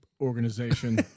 organization